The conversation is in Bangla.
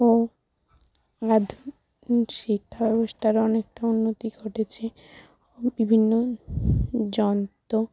ও আধুনিক শিক্ষা ব্যবস্থার অনেকটা উন্নতি ঘটেছে ও বিভিন্ন যন্ত্র